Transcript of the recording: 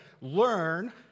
learn